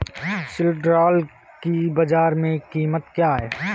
सिल्ड्राल की बाजार में कीमत क्या है?